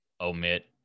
omit